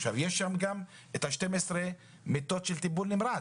עכשיו, יש שם גם 12 מיטות של טיפול נמרץ.